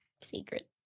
Secret